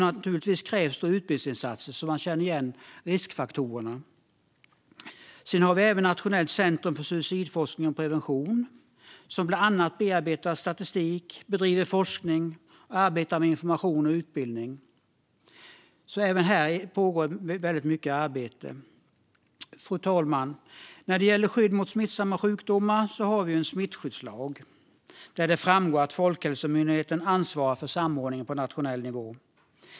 Naturligtvis krävs då utbildningsinsatser så att man känner igen riskfaktorerna. Vi har även Nationellt centrum för suicidforskning och prevention, som bland annat bearbetar statistik, bedriver forskning och arbetar med information och utbildning. Även här pågår alltså väldigt mycket arbete. Fru talman! När det gäller skydd mot smittsamma sjukdomar har vi en smittskyddslag där det framgår att Folkhälsomyndigheten ansvarar för samordningen på nationell nivå.